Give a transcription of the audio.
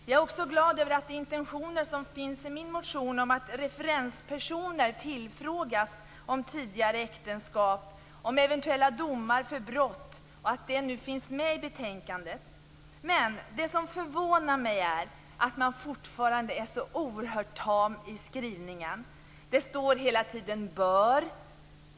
Jag är också glad över att de intentioner som finns i min motion om att referenspersoner skall tillfrågas om tidigare äktenskap och om eventuella domar för brott nu finns med i betänkandet. Men det som förvånar mig är att man fortfarande är så oerhört tam i skrivningen. Det står hela tiden "bör".